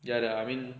ya lah I mean